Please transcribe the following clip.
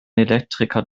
elektriker